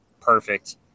perfect